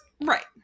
Right